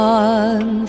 one